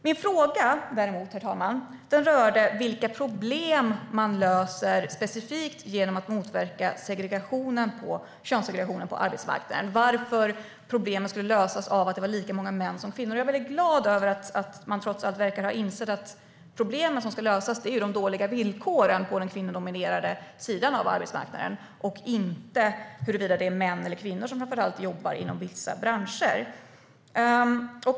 Min fråga, herr talman, rörde däremot vilka problem man löser specifikt genom att motverka könssegregationen på arbetsmarknaden och varför problemen skulle lösas om det vore lika många män som kvinnor. Jag är väldigt glad över att man trots allt verkar ha insett att problemet som ska lösas är de dåliga villkoren på den kvinnodominerade sidan av arbetsmarknaden och inte huruvida det är män eller kvinnor som framför allt jobbar inom vissa branscher.